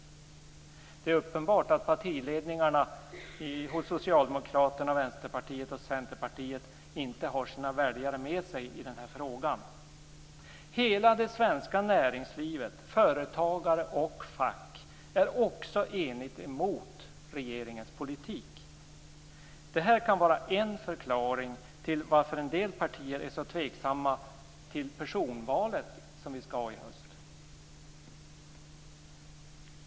Det är uppenbart att partiledningarna hos Socialdemokraterna, Vänsterpartiet och Centerpartiet inte har sina väljare med sig i den här frågan. Hela det svenska näringslivet, företagare och fack, är också enigt emot regeringens politik. Det här kan vara en förklaring till varför en del partier är så tveksamma till personvalet som vi skall ha i höst.